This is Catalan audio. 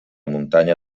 muntanya